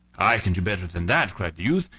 i can do better than that, cried the youth,